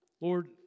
Lord